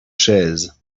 chaises